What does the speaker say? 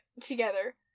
together